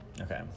okay